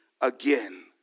again